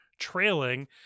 trailing